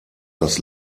das